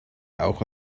auch